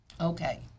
Okay